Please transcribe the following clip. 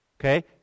Okay